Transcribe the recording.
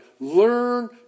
learn